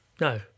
No